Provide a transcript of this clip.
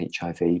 HIV